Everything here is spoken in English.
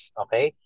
okay